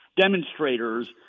Demonstrators